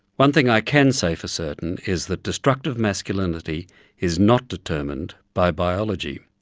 one thing i can say for certain is that destructive masculinity is not determined by biology.